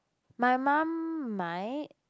my mum might